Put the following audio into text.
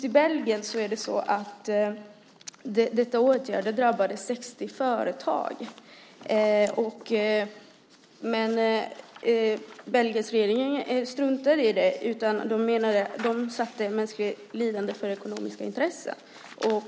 I Belgien drabbade dessa åtgärder 60 företag, men Belgiens regering struntade i det och satte mänskligt lidande före ekonomiska intressen.